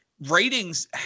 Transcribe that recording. ratings